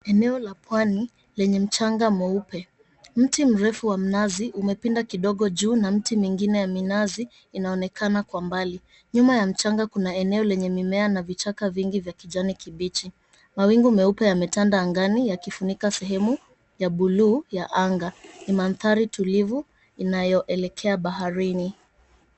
Eneo la pwani lenye mchanga mweupe, mti mrefu wa mnazi umepinda kidogo juu na miti mingine ya minazi inaonekana kwa mbali, nyuma ya mchanga kuna eneo lenye mimea na vichaka vingi vya kijani kibichi. Mawingu meupe yametanda angani yakifunika sehemu ya bluu ya anga, ni maandhari tulivu inayoelekea baharini.